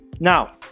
Now